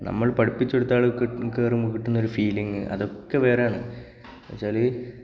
നമ്മൾ പഠിപ്പിച്ചു കൊടുത്ത ആൾ കയറുമ്പോൾ കിട്ടുന്ന ഒരു ഫീലിംഗ് അതൊക്കെ വേറെയാണ് എന്നു വച്ചാൽ